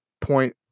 point